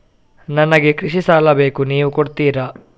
ನನಗೆ ಕೃಷಿ ಸಾಲ ಬೇಕು ನೀವು ಕೊಡ್ತೀರಾ?